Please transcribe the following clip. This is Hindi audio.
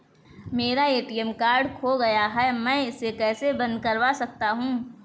मेरा ए.टी.एम कार्ड खो गया है मैं इसे कैसे बंद करवा सकता हूँ?